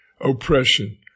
oppression